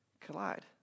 collide